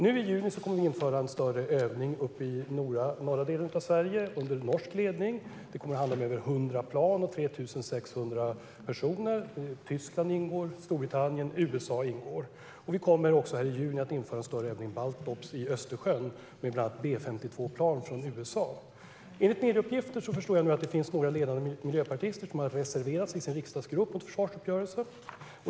Nu i juni kommer vi att genomföra en större övning uppe i norra delen av Sverige under norsk ledning. Det kommer att handla om över 100 plan och 3 600 personer. Tyskland, Storbritannien och USA ingår. Vi kommer också att i juni genomföra en större övning, Baltops, i Östersjön med bland annat B52-plan från USA. Enligt medieuppgifter förstår jag nu att det finns några ledande miljöpartister som har reserverat sig i sin riksdagsgrupp mot försvarsuppgörelsen.